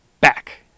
back